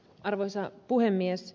arvoisa puhemies